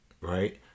Right